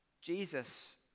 Jesus